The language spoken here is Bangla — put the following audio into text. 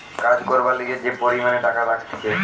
কাজ করবার লিগে যে পরিমাণে টাকা রাখতিছে